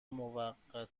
موقتا